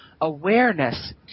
awareness